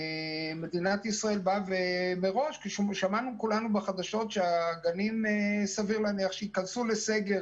מדינת ישראל אמרה שהגנים יהיו בסגר